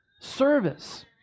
Service